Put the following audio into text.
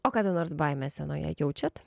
o kada nors baimę senoje jaučiat